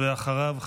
ואחריו,